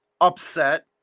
upset